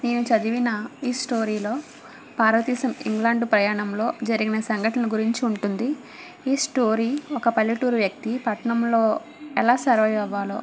నేను చదివిన ఈ స్టోరీలో పార్వతీశం ఇంగ్లాండ్ ప్రయాణంలో జరిగిన సంఘటన గురించి ఉంటుంది ఈ స్టోరీ ఒక పల్లెటూరు వ్యక్తి పట్నంలో ఎలా సర్వైవ్ అవ్వాలో